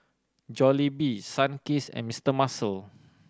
Jollibee Sunkist and Mister Muscle